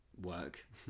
work